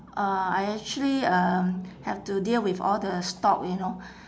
uh I actually um have to deal with all the stock you know